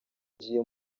gihe